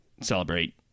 celebrate